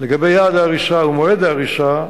לגבי יעד ההריסה ומועד ההריסה,